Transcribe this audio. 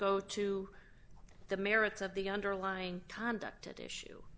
go to the merits of the underlying conduct at issue